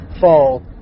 fall